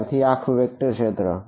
વિદ્યાર્થી આખું વેક્ટર ક્ષેત્ર